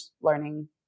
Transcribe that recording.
learning